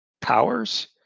powers